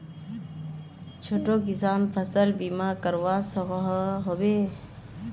छोटो किसान फसल बीमा करवा सकोहो होबे?